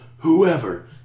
Whoever